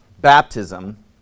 baptism